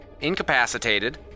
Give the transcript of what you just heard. incapacitated